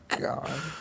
God